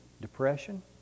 depression